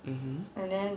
mmhmm